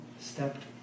stepped